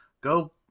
go